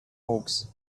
oaks